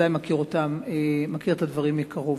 ובוודאי מכיר את הדברים מקרוב.